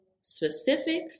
specific